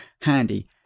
handy